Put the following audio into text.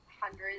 hundreds